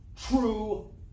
True